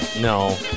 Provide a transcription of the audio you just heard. No